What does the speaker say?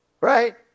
right